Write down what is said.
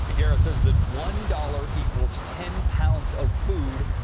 ah yeah go says that one dollar equals ten pounds of food.